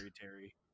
terry